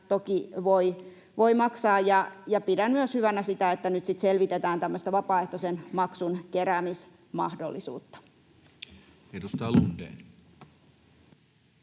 toki voivat maksaa. Pidän myös hyvänä sitä, että nyt sitten selvitetään tämmöistä vapaaehtoisen maksun keräämismahdollisuutta. [Speech